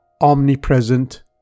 Omnipresent